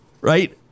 right